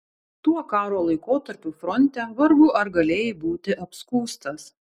tuo karo laikotarpiu fronte vargu ar galėjai būti apskųstas